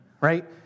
right